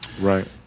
Right